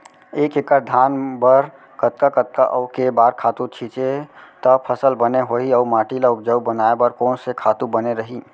एक एक्कड़ धान बर कतका कतका अऊ के बार खातू छिंचे त फसल बने होही अऊ माटी ल उपजाऊ बनाए बर कोन से खातू बने रही?